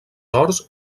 horts